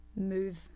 move